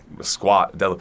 squat